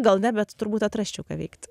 gal ne bet turbūt atrasčiau ką veikti